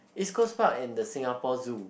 East-Coast-Park and the Singapore Zoo